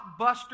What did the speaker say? blockbuster